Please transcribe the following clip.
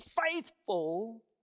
faithful